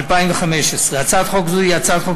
התשע"ו 2015. הצעת חוק זו היא הצעת חוק